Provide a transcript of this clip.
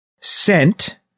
sent